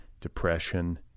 depression